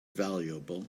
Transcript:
valuable